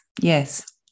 yes